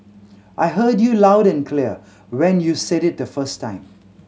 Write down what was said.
I heard you loud and clear when you said it the first time